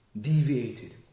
deviated